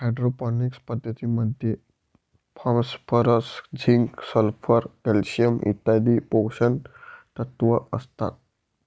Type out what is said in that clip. hydroponics पद्धतीमध्ये phosphorus, zinc, sulphur, calcium इत्यादी पोषकतत्व असतात